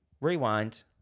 rewind